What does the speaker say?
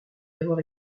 avoir